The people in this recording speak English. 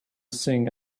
sing